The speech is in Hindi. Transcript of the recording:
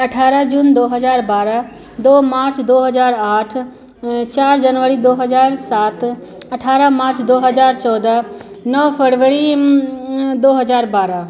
अठारह जून दो हज़ार बारह दो मार्च दो हज़ार आठ चार जनवरी दो हज़ार सात अठारह मार्च दो हज़ार चौदह नौ फरवरी दो हज़ार बारह